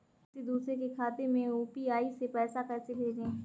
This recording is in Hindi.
किसी दूसरे के खाते में यू.पी.आई से पैसा कैसे भेजें?